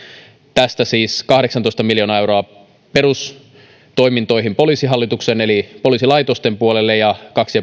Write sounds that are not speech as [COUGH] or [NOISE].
tästä siis kahdeksantoista miljoonaa euroa perustoimintoihin poliisihallituksen eli poliisilaitosten puolelle ja kaksi [UNINTELLIGIBLE]